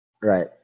Right